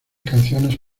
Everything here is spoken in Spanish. canciones